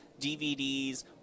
DVDs